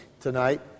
tonight